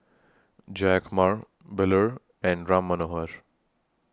Jayakumar Bellur and Ram Manohar She